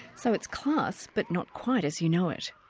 so it's class, but not quite as you know it.